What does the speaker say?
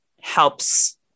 helps